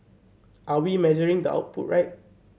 are we measuring the output right